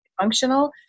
functional